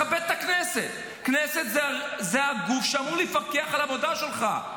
הכנסת זה הגוף שאמור לפקח על העבודה שלך.